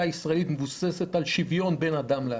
הישראלית מבוסס על שוויון בין אדם לאדם.